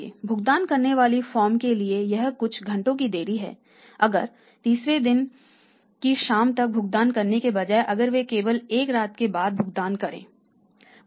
भुगतान करने वाली फर्म के लिए यह कुछ घंटों की देरी है अगर 30 वें दिन की शाम तक भुगतान करने के बजाय अगर वे केवल एक रात के बाद भुगतान कर रहे हैं 31 वें दिन की सुबह